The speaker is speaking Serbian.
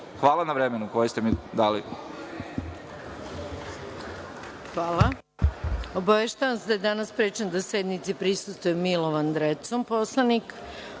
Hvala na vremenu koje ste mi dali. **Maja